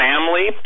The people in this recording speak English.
family